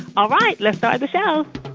all right. let's start the show